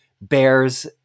bears